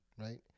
right